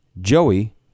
Joey